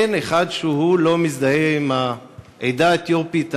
אין אחד שלא מזדהה עם העדה האתיופית הנפלאה.